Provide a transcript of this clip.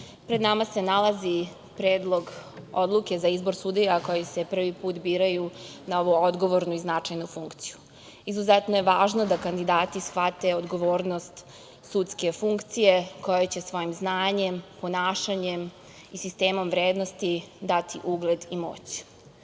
pred nama se nalazi Predlog odluke za izbor sudija koji se prvi put biraju na ovu odgovornu i značajnu funkciju. Izuzetno je važno da kandidati shvate odgovornost sudske funkcije, kojoj će svojim znanjem, ponašanjem i sistemom vrednosti dati ugled i